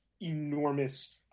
enormous